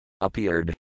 Appeared